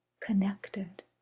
connected